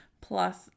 Plus